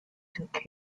took